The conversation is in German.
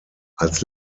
als